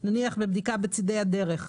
נניח בבדיקה בצדי הדרך.